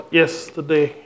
yesterday